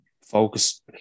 focus